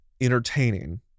entertaining